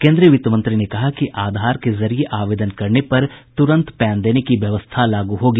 केन्द्रीय वित्त मंत्री ने कहा कि आधार के जरिये आवेदन करने पर तुरंत पैन देने की व्यवस्था लागू होगी